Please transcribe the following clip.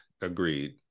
Agreed